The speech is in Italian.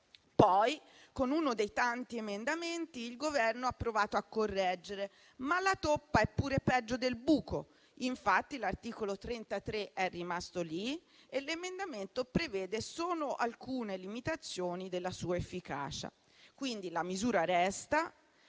Poi, con uno dei tanti emendamenti, il Governo ha provato a correggere, ma la toppa è pure peggio del buco. Infatti, l'articolo 33 è rimasto lì e l'emendamento prevede solo alcune limitazioni della sua efficacia. Quindi, la misura resta